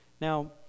Now